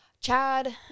Chad